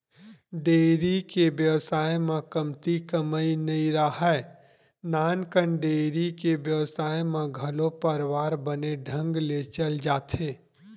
dairy के बेवसाय म कमती कमई नइ राहय, नानकन डेयरी के बेवसाय म घलो परवार बने ढंग ले चल जाथे